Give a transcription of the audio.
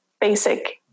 basic